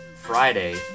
Friday